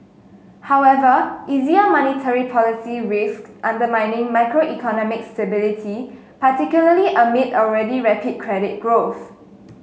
however easier monetary policy risks undermining macroeconomic stability particularly amid already rapid credit growth